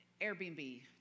Airbnb